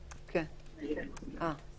את העניין הזה שהם הולכים